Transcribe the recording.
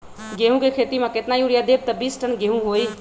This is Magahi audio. गेंहू क खेती म केतना यूरिया देब त बिस टन गेहूं होई?